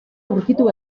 aurkitu